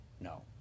No